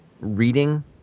reading